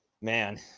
Man